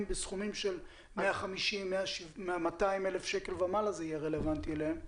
בסכומים של 200,000 שקל ומעלה זה יהיה רלוונטי אליהם.